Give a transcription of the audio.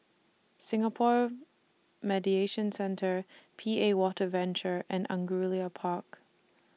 Singapore Mediation Centre P A Water Venture and Angullia Park